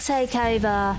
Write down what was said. Takeover